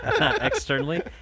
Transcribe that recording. externally